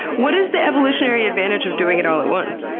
what is the evolutionary advantage of doing it all at once?